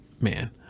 Man